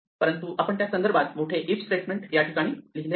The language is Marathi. परंतु आपण त्या संदर्भात मोठे if स्टेटमेंट याठिकाणी लिहिले आहे